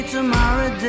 Tomorrow